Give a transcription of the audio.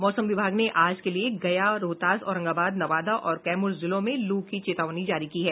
मौसम विभाग ने आज के लिए गया रोहतास औरंगाबाद नवादा और कैमूर जिलों में लू की चेतावनी जारी की है